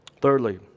Thirdly